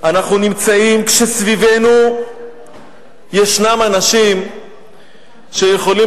אנחנו נמצאים כשסביבנו ישנם אנשים שיכולים